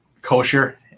kosher